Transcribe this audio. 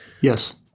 yes